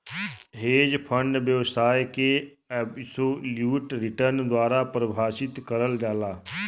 hedge fund व्यवसाय के absolute return द्वारा परिभाषित करल जाला